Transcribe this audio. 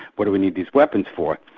what do we need these weapons for?